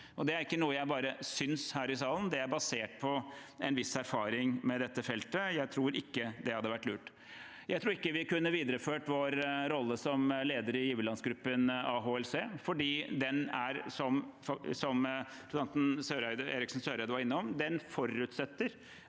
Det er ikke noe jeg bare synes her i salen; det er basert på en viss erfaring med dette feltet. Jeg tror ikke det hadde vært lurt. Jeg tror ikke vi kunne videreført vår rolle som leder i giverlandsgruppen AHLC, for som representanten Eriksen Søreide var innom, forutsetter